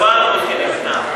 מפחידים את העם,